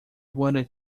wanted